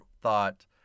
thought